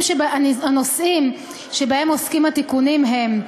הנושאים שבהם עוסקים התיקונים הם: